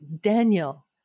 Daniel